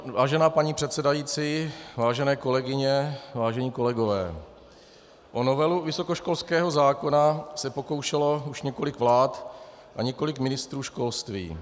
Vážená paní předsedající, vážené kolegyně, vážení kolegové, o novelu vysokoškolského zákona se pokoušelo už několik vlád a několik ministrů školství.